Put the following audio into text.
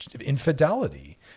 infidelity